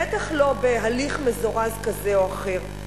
בטח לא בהליך מזורז כזה או אחר.